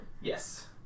Yes